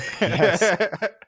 Yes